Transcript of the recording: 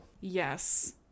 Yes